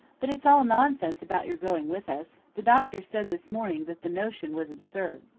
but it's all nonsense about your going with us. the doctor said this morning that the notion was absurd.